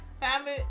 Family